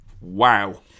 Wow